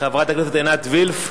חברת הכנסת עינת וילף,